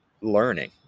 learning